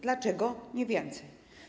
Dlaczego nie więcej?